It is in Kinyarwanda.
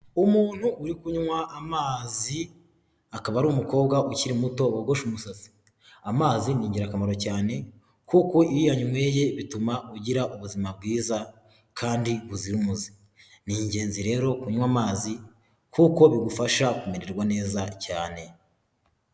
Umuntu uri kunywa amazi akaba ari umukobwa ukiri muto wogoshe umusatsi; amazi ni ingirakamaro cyane kuko iyo uyanyweye bituma ugira ubuzima bwiza kandi buzira umuze. Ni ingenzi rero kunywa amazi kuko bigufasha kumererwa neza cyane.